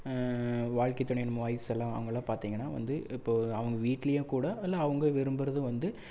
வாழ்க்கைத் துணையின் வயசெல்லாம் அவங்கள்லாம் பார்த்தீங்கன்னா வந்து இப்போது அவங்க வீட்டிலையேக் கூட இல்லை அவங்க விரும்புகிறதும் வந்து